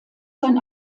sein